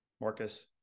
Marcus